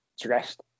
dressed